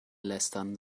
lästern